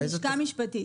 לשכה משפטית.